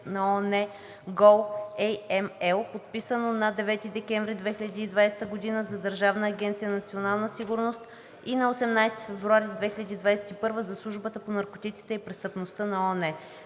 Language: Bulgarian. на ООН goAML, подписано на 9 декември 2020 г. за Държавна агенция „Национална сигурност“ и на 18 февруари 2021 г. за Службата по наркотиците и престъпността на ООН.